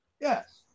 Yes